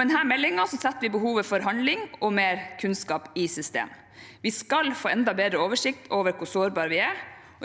Med denne meldingen setter vi behovet for handling og mer kunnskap i system. Vi skal få enda bedre oversikt over hvor sårbare vi er.